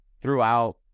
throughout